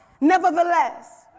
nevertheless